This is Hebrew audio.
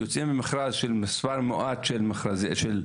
יוצאים עם מכרז של מספר מועט של מגרשים,